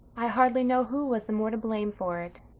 i hardly know who was the more to blame for it.